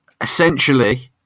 Essentially